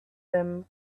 them